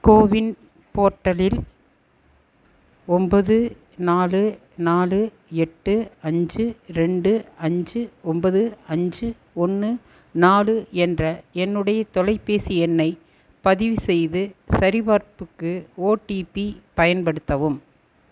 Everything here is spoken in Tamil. கோவின் போர்ட்டலில் ஒன்பது நாலு நாலு எட்டு அஞ்சு ரெண்டு அஞ்சு ஒன்பது அஞ்சு ஒன்று நாலு என்ற என்னுடைய தொலைபேசி எண்ணைப் பதிவு செய்து சரிபார்ப்புக்கு ஓடிபி பயன்படுத்தவும்